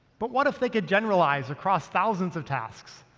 but what if they could generalize across thousands of tasks,